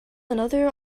another